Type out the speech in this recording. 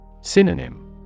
Synonym